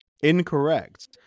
Incorrect